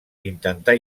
intentar